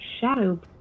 Shadow